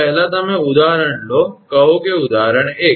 તો પહેલા તમે ઉદાહરણ લો કહો કે ઉદાહરણ 1